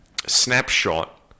snapshot